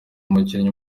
umukinnyi